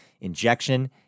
injection